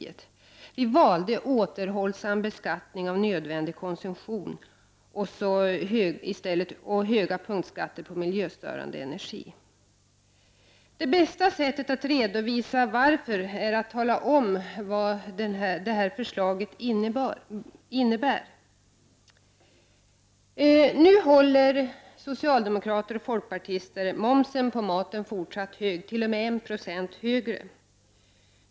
Vi valde återhållsam beskattning av nödvändig konsumtion och höga punktskatter på miljö förstörande energi. Det bästa sättet att redovisa varför vi gjorde detta, är att tala om vad detta förslag innebär. Nu håller socialdemokrater och folkpartister momsen på maten fortsatt hög, t.o.m. 1 960 högre än tidigare.